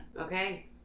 okay